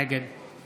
נגד